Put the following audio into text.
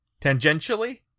Tangentially